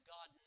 God